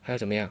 还有这么样